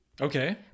Okay